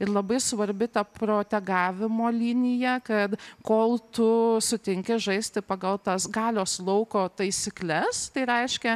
ir labai svarbi ta protegavimo linija kad kol tu sutinki žaisti pagal tas galios lauko taisykles tai reiškia